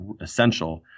essential